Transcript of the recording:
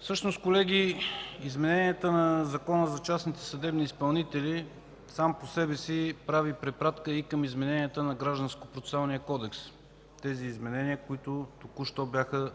Всъщност, колеги, измененията на Закона за частните съдебни изпълнители, сам по себе си, прави препратка и към измененията на Гражданскопроцесуалния кодекс – измененията, които току-що бяха